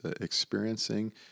experiencing